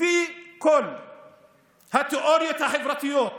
לפי כל התיאוריות החברתיות בעולם,